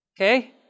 Okay